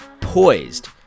poised